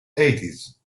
eighties